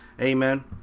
amen